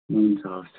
हुन्छ हवस्